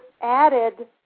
added